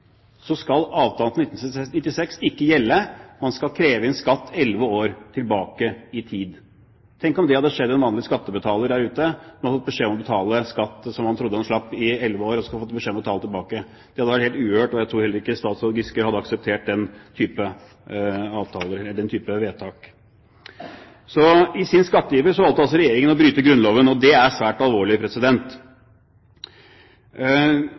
skal avtalen fra 1996 ikke gjelde. Man skal kreve inn skatt elleve år tilbake i tid. Tenk om det hadde skjedd en vanlig skattebetaler der ute at man fikk beskjed om å betale skatt som man trodde man slapp i elleve år, at man fikk beskjed om å betale tilbake. Det hadde vært helt uhørt, og jeg tror heller ikke statsråd Giske hadde akseptert den type vedtak. I sin skatteiver valgte altså Regjeringen å bryte Grunnloven, og det er svært alvorlig.